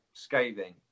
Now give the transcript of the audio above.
scathing